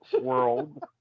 world